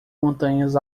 montanhas